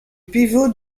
pivot